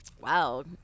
Wow